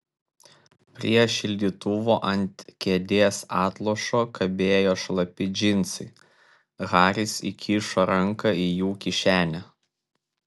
prie šildytuvo ant kėdės atlošo kabėjo šlapi džinsai haris įkišo ranką į jų kišenę